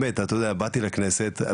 באתי לכנסת,